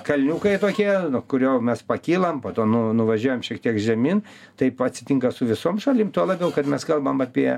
kalniukai tokie nuo kurio mes pakylam po to nu nuvažiuojam šiek tiek žemyn taip atsitinka su visoms šalim tuo labiau kad mes kalbam apie